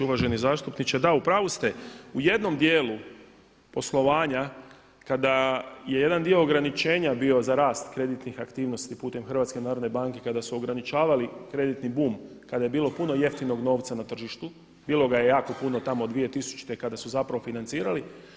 Uvaženi zastupniče, da u pravu ste, u jednom dijelu poslovanja kada je jedan dio ograničenja bio za rast kreditnih aktivnosti putem HNB-a kada su ograničavali kreditni bum kada je bilo puno jeftinog novca na tržištu, bilo ga je jako puno tamo od 2000 kada su zapravo financirali.